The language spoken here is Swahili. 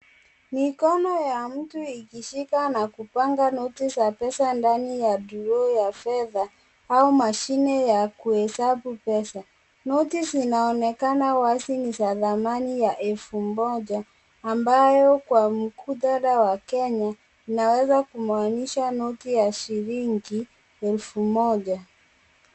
Mikono ya mtu ikishika na kupanga noti za pesa ndani ya draw ya fedha au mashine ya kuhesabu pesa. Noti zinaonekana wazi ni za thamani ya elfu moja ambayo kwa muktadha wa Kenya inaweza kumaanisha noti ya shilingi elfu moja.